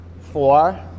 Four